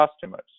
customers